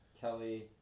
Kelly